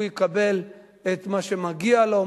הוא יקבל את מה שמגיע לו,